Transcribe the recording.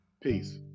Peace